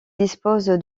dispose